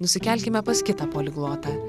nusikelkime pas kitą poliglotą